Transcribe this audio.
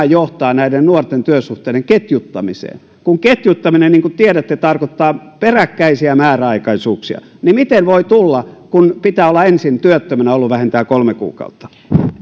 johtaa näiden nuorten työsuhteiden ketjuttamiseen ketjuttaminen niin kuin tiedätte tarkoittaa peräkkäisiä määräaikaisuuksia miten niitä voi tulla kun pitää olla ensin työttömänä ollut vähintään kolme kuukautta